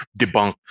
debunk